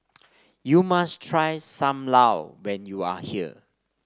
you must try Sam Lau when you are here